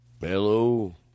Hello